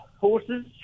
horses